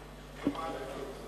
איזון, לא מענקי איזון.